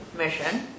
mission